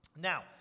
Now